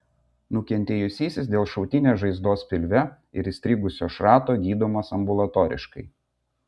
nukentėjusysis dėl šautinės žaizdos pilve ir įstrigusio šrato gydomas ambulatoriškai